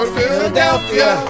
Philadelphia